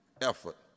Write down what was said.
effort